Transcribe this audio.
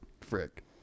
Frick